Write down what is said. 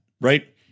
right